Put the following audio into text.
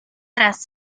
tras